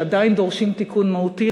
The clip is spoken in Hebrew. שעדיין דורשים תיקון מהותי,